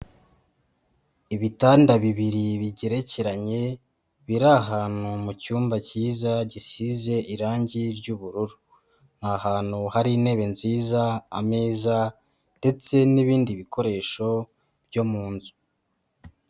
Ibitanda bibiri bigerekeranye biri ahantu mu cyumba cyiza gisize irange ry'ubururu, ni ahantu hari intebe nziza, ameza ndetse n'ibindi bikoresho byo mu nzu.